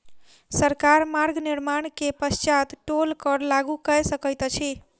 सरकार मार्ग निर्माण के पश्चात टोल कर लागू कय सकैत अछि